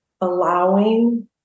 allowing